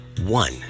one